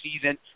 season